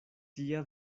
tia